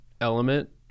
element